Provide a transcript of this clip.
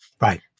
Right